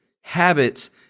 habits